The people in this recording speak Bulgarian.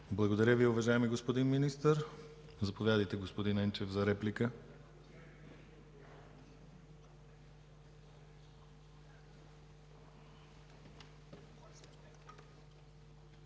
Благодаря Ви, уважаеми господин Министър. Заповядайте, господин Енчев, за реплика.